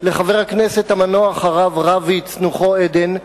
לחבר הכנסת המנוח הרב רביץ, נוחו עדן,